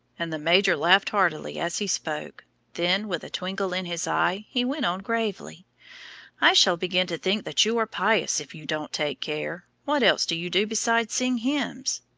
and the major laughed heartily as he spoke then, with a twinkle in his eye, he went on gravely i shall begin to think that you are pious if you don't take care. what else do you do besides sing hymns?